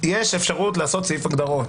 יש אפשרות לעשות סעיף הגדרות: